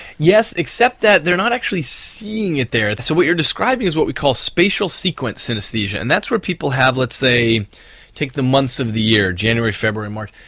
yes, except that they are not actually seeing it there. so what you're describing is what we call spatial sequence synesthesia, and that's where people have let's say take the months of the year january, february, march,